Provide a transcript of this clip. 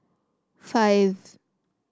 five